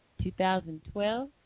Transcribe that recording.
2012